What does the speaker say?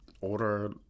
order